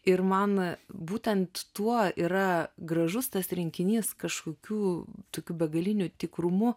ir man būtent tuo yra gražus tas rinkinys kažkokiu tokiu begaliniu tikrumu